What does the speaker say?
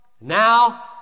Now